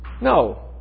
No